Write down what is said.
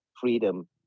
freedom